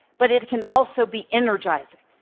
but it can also be energizing,